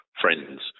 friends